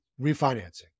Refinancing